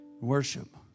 Worship